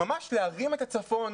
להרים את הצפון.